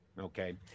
Okay